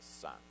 son